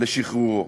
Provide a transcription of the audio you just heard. לשחרורו.